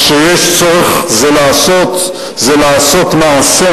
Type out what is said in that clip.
מה שצריך הוא לעשות מעשה,